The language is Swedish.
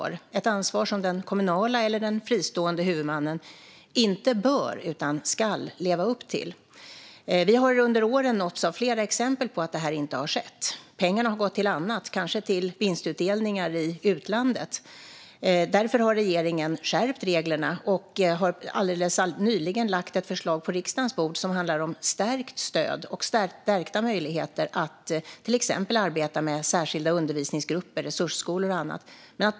Det är ett ansvar som den kommunala eller den fristående huvudmannen inte bör utan ska leva upp till. Vi har under åren nåtts av flera exempel på att detta inte har skett. Pengarna har gått till annat - kanske till vinstutdelningar i utlandet. Därför har regeringen skärpt reglerna och alldeles nyligen lagt ett förslag på riksdagens bord som handlar om stärkt stöd och stärkta möjligheter att till exempel arbeta med särskilda undervisningsgrupper, resursskolor och annat.